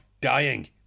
dying